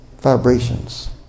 vibrations